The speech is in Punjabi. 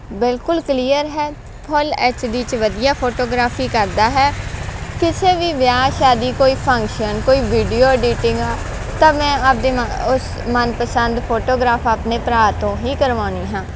ਬਿਲਕੁਲ ਕਲੀਅਰ ਹੈ ਫੁੱਲ ਐਚ ਡੀ 'ਚ ਵਧੀਆ ਫੋਟੋਗ੍ਰਾਫੀ ਕਰਦਾ ਹੈ ਕਿਸੇ ਵੀ ਵਿਆਹ ਸ਼ਾਦੀ ਕੋਈ ਫੰਕਸ਼ਨ ਕੋਈ ਵੀਡੀਓ ਐਡੀਟਿੰਗ ਤਾਂ ਮੈਂ ਆਪਦੇ ਮਨ ਉਸ ਮਨਪਸੰਦ ਫੋਟੋਗ੍ਰਾਫ ਆਪਣੇ ਭਰਾ ਤੋਂ ਹੀ ਕਰਵਾਉਂਦੀ ਹਾਂ